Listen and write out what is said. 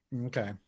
okay